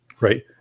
right